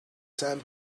sand